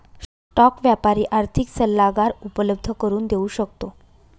stock व्यापारी आर्थिक सल्लागार उपलब्ध करून देऊ शकतो